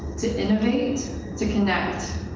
to innovate, to connect,